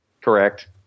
Correct